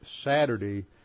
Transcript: Saturday